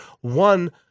one